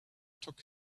took